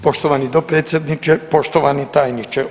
Poštovani dopredsjedniče, poštovani tajniče.